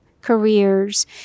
careers